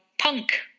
punk